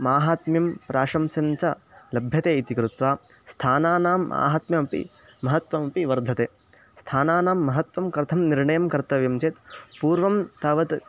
माहात्म्यं प्राशंस्यं च लभ्यते इति कृत्वा स्थानाम् माहात्म्यमपि महत्वमपि वर्धते स्थानानां महत्त्वं कर्थं निर्णयं कर्तव्यं चेत् पूर्वं तावत्